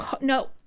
no